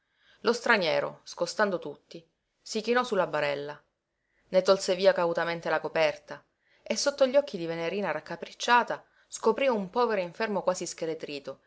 lo straniero scostando tutti si chinò su la barella ne tolse via cautamente la coperta e sotto gli occhi di venerina raccapricciata scoprí un povero infermo quasi ischeletrito